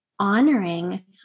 honoring